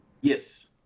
Yes